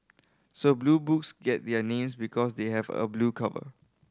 so Blue Books get their names because they have a blue cover